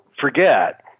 forget